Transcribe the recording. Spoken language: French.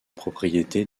propriété